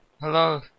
Hello